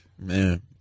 man